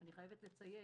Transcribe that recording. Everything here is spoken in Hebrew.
אני חייבת לציין,